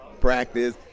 practice